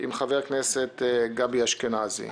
עם חבר הכנסת גבי אשכנזי.